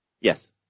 Yes